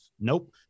Nope